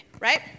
right